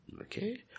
Okay